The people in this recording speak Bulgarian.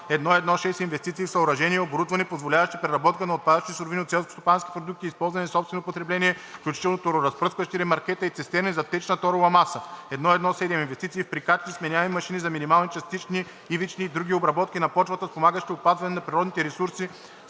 1.1.6. Инвестиции в съоръжения и оборудване, позволяващи преработката на отпадъчни суровини от селскостопански продукти, използвани за собствено потребление, включително тороразпръскващи ремаркета и цистерни за течна торова маса. 1.1.7. Инвестиции в прикачни, сменяеми машини за минимални, частични, ивични и други обработки на почвата, спомагащи опазване на природните ресурси